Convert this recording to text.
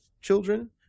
children